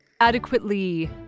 Adequately